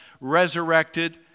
resurrected